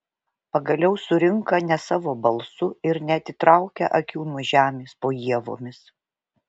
pagaliau surinka ne savo balsu ir neatitraukia akių nuo žemės po ievomis